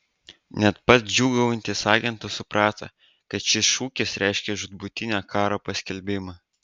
net pats džiūgaujantis agentas suprato kad šis šūkis reiškia žūtbūtinio karo paskelbimą